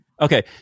okay